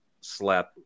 slap